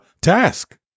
task